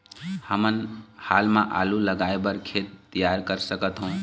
हमन हाल मा आलू लगाइ बर खेत तियार कर सकथों?